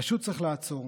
פשוט צריך לעצור.